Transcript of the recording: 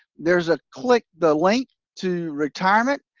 there's a click the link to retirement,